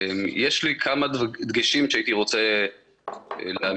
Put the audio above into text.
יש לי כמה דגשים שהייתי רוצה להעמיד.